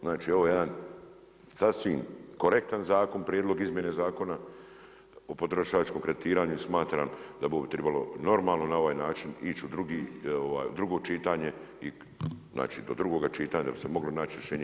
Znači ovo je jedan sasvim korektan zakon, prijedlog izmjene Zakona o potrošačkom kreditiranju i smatram da bi ovo trebalo normalno na ovaj način ići u drugo čitanje i znači do drugoga čitanja da bi se moglo naći rješenje.